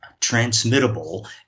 transmittable